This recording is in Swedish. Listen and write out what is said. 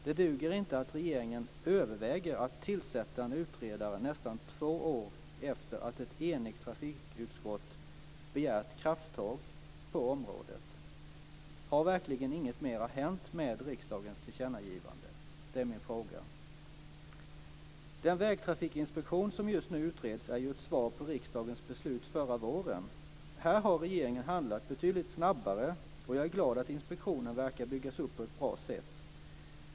Det duger inte att regeringen överväger att tillsätta en utredare nästan två år efter att ett enigt trafikutskott begärt krafttag på området. Har verkligen inget mera hänt med riksdagens tillkännagivande? Den vägtrafikinspektion som just nu utreds är ett svar på riksdagens beslut förra våren. Här har regeringen handlat betydligt snabbare, och jag är glad att inspektionen verkar byggas upp på ett bra sätt.